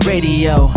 Radio